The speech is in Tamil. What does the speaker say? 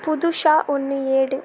புதுசா ஒன்று ஏடு